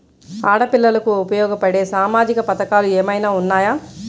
ఆడపిల్లలకు ఉపయోగపడే సామాజిక పథకాలు ఏమైనా ఉన్నాయా?